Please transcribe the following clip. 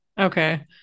Okay